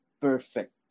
perfect